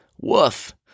Woof